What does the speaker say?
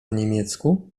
niemiecku